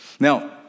Now